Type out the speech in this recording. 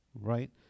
Right